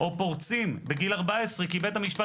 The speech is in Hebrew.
-- והפורץ בכוונה מנסה לפרוץ כשהיא נמצאת בבית.